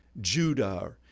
Judah